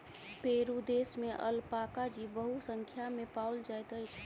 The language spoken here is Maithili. पेरू देश में अलपाका जीव बहुसंख्या में पाओल जाइत अछि